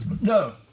No